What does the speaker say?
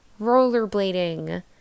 rollerblading